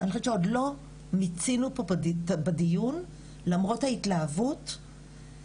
לאט לאט מצטרפות ומדווחות זו התקדמות ענקית.